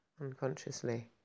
unconsciously